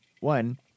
One